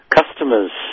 customers